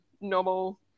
normal